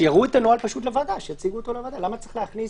שיראו את הנוהל לוועדה, למה צריך להכניס?